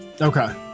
Okay